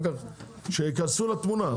רק שייכנסו לתמונה,